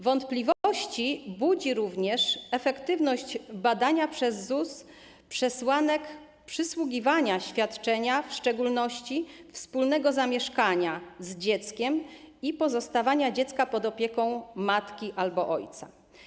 Wątpliwości budzi również efektywność badania przez ZUS przesłanek dotyczących przysługiwania świadczenia, w szczególności wspólnego zamieszkania z dzieckiem i pozostawania dziecka pod opieką matki albo ojca.